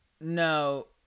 no